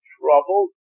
trouble